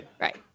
right